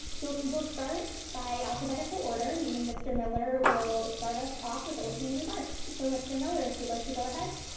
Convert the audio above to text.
we'll so start by alphabetical order, meaning mr. miller will start us off with opening remarks. so mr. miller, if you'd like to go ahead.